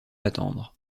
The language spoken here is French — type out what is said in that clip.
attendre